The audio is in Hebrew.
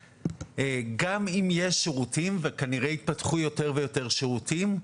גם אם יש שירות וכנראה התפתחו יותר ויותר שירותים,